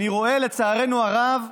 אני רואה, לצערנו הרב,